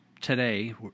today